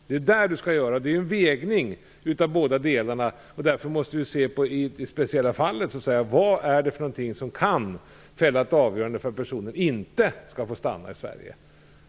Det skall göras en vägning av båda delarna, och därför måste man i det speciella fallet se vad det är som kan fälla avgörandet att personen inte skall få stanna i Sverige.